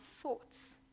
thoughts